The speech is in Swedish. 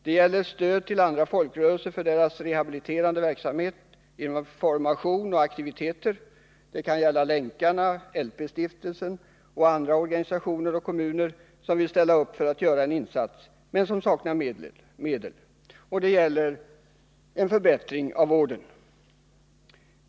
Det gäller stöd till andra folkrörelser för deras rehabiliterande verksamhet — information och aktiviteter. Det kan gälla Länkarna, LP-stiftelsen och alla de organisationer och kommuner som vill ställa upp för att göra en insats men som saknar medel. Det gäller också en förbättring av vården.